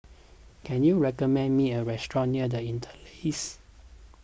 can you recommend me a restaurant near the Interlace